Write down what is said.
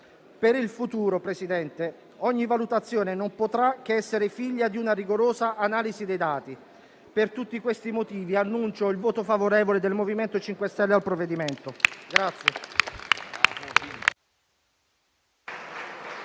Per il futuro, Presidente, ogni valutazione non potrà che essere figlia di una rigorosa analisi dei dati. Per tutti questi motivi annunciò il voto favorevole del MoVimento 5 Stelle al provvedimento.